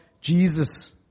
Jesus